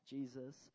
Jesus